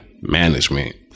management